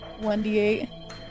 1d8